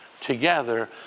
together